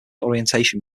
orientation